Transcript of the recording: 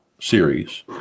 series